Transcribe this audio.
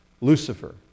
Lucifer